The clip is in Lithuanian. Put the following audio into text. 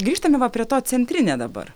grįžtame va prie to centrinė dabar